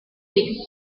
leaving